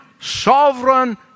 sovereign